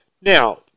Now